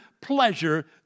pleasure